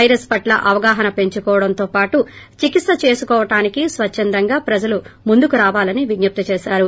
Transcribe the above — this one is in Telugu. పైరస్ పట్ల అవగాహన పెంచుకోవడంతో పాటు చికిత్స చేయించుకోవడానికి స్వచ్చందంగా ప్రజలు ముందుకు రావాలని విజ్జప్తి చేశారు